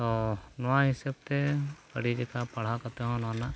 ᱛᱚ ᱱᱚᱣᱟ ᱦᱤᱸᱥᱟᱹᱵᱽᱛᱮ ᱟᱹᱰᱤᱞᱮᱠᱟ ᱯᱟᱲᱦᱟᱣ ᱠᱟᱛᱮ ᱦᱚᱸ ᱱᱚᱣᱟᱨᱮᱱᱟᱜ